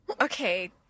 Okay